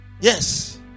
Yes